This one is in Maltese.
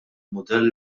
mudell